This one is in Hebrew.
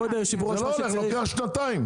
לוקח שנתיים.